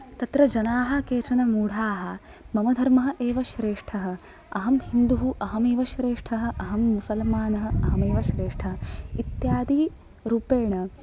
तत्र जनाः केचन मूढाः मम धर्मः एव श्रेष्ठः अहं हिन्दुः अहमेव श्रेष्ठः अहं मुसल्मानः अहमेव श्रेष्ठः इत्यदिरूपेण